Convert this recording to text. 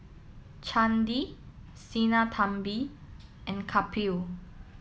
Chandi Sinnathamby and Kapil